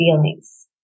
feelings